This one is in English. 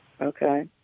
Okay